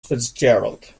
fitzgerald